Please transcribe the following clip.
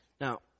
Now